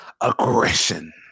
Aggression